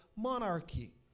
Monarchy